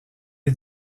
est